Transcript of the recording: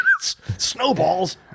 Snowballs